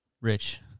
Rich